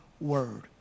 word